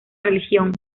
región